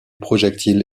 projectile